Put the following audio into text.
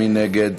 מי נגד?